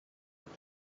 path